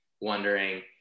wondering